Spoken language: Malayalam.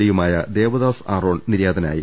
ഡിയുമായ ദേവദാസ് ആറോൺ നിര്യാതനായി